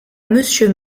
monsieur